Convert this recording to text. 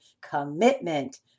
commitment